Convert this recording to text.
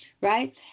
Right